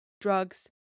drugs